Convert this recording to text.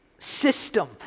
system